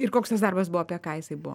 ir koks tas darbas buvo apie ką jisai buvo